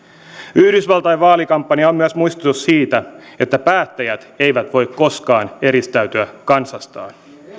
yhdysvaltain vaalikampanja on myös muistutus siitä että päättäjät eivät voi koskaan eristäytyä kansastaan